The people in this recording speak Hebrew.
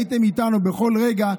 הייתם איתנו בכל רגע.